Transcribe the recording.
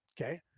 Okay